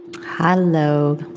Hello